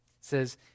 says